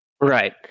Right